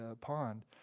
pond